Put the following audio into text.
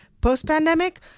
post-pandemic